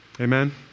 Amen